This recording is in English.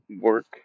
work